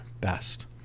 Best